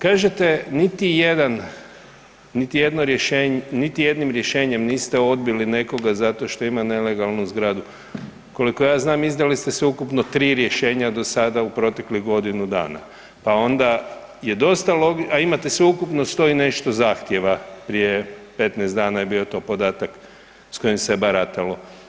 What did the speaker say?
Kažete, niti jedan, niti jednim rješenjem niste odbili nekoga zato što ima nelegalnu zgradu, koliko ja znam izdali ste sveukupno 3 rješenja do sada u proteklih godinu dana pa onda je dosta .../nerazumljivo/... a imate sveukupno 100 i nešto zahtjeva, prije 15 dana je bio to podatak s kojim se baratalo.